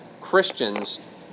Christians